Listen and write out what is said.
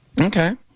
Okay